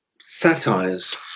satires